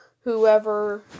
whoever